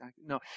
no